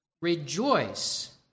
rejoice